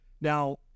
now